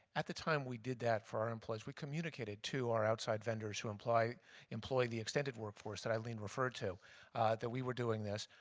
at the time we did that for our employees we communicated to our outside vendors who employ employ the extended workforce that eileen referred to that we were doing this.